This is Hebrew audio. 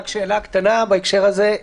רק שאלה קטנה בהקשר הזה,